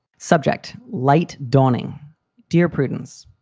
subject light dorning dear prudence,